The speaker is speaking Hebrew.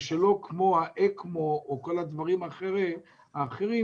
שלא כמו האקמו או הדברים האחרים,